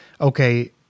okay